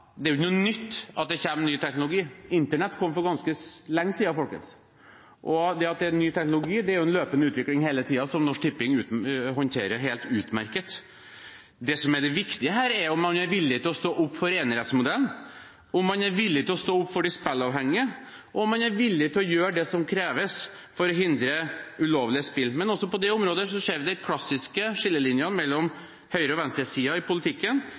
Det er jo ikke noe nytt at det kommer ny teknologi – internett kom for ganske lenge siden, folkens. Til det at det er en ny teknologi: Det er jo en løpende utvikling hele tiden, som Norsk Tipping håndterer helt utmerket. Det som er det viktige her, er om man er villig til å stå opp for enerettsmodellen, om man er villig til å stå opp for de spilleavhengige, og om man er villig til å gjøre det som kreves for å hindre ulovlige spill. Men også på det området ser vi de klassiske skillelinjene mellom høyresiden og venstresiden i politikken